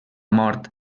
mort